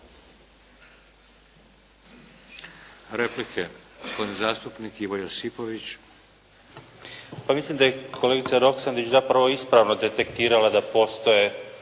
**Josipović, Ivo (Nezavisni)** Pa mislim da je kolegica Roksandić zapravo ispravno detektirala da postoje